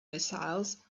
missiles